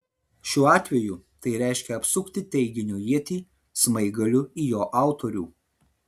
šiuo atveju tai reiškia apsukti teiginio ietį smaigaliu į jo autorių